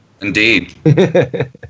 Indeed